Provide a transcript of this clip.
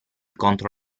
contro